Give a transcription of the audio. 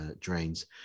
drains